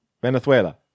Venezuela